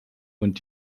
und